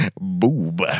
Boob